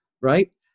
Right